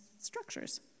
structures